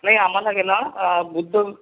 नाही आमाला हे ना बुद्ध